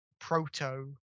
proto